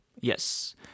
Yes